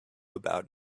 about